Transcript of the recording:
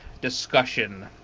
discussion